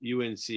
UNC